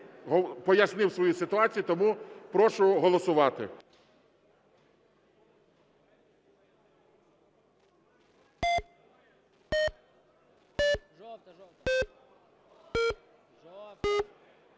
пояснив свою ситуацію. Тому прошу голосувати.